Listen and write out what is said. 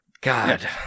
God